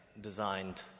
designed